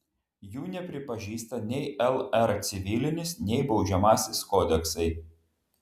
jų nepripažįsta nei lr civilinis nei baudžiamasis kodeksai